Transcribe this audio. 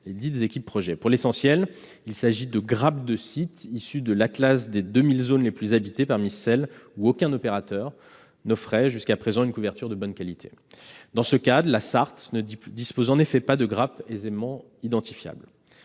lesdites équipes « projets ». Pour l'essentiel, il s'agit de grappes de sites issues de l'atlas des 2 000 zones les plus habitées parmi celles où aucun opérateur n'offrait jusqu'à présent une couverture de bonne qualité. La Sarthe ne dispose pas de grappes aisément identifiables.